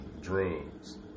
drugs